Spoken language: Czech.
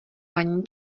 paní